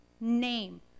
name